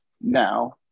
now